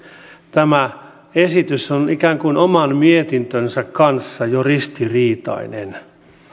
tämä esitys on ikään kuin oman mietintönsä kanssa jo ristiriitainen